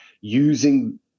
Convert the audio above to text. using